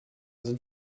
sind